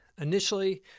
Initially